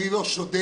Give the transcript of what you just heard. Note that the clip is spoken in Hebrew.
אני לא שודד,